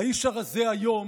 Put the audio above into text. האיש הרזה היום